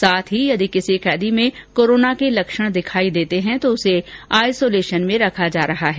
साथ ही यदि किसी कैदी में कोरोना के लक्षण दिखाई देते हैं तो उसे आइसोलेशन में रखा जा रहा है